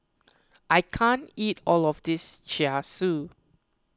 I can't eat all of this Char Siu